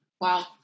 Wow